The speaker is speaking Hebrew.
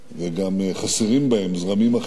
וגם חסרים בהם זרמים אחרים,